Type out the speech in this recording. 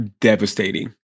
devastating